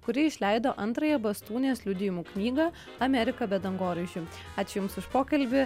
kuri išleido antrąją bastūnės liudijimų knygą amerika be dangoraižių ačiū jums už pokalbį